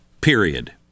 period